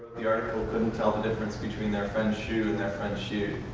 the article couldn't tell the difference between their friend's shoe and their friend's shoe.